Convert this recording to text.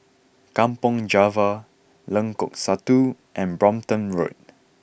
Kampong Java Lengkok Satu and Brompton Road